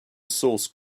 source